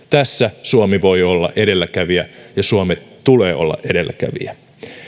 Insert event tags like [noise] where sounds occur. [unintelligible] tässä suomi voi olla edelläkävijä ja suomen tulee olla edelläkävijä